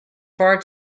far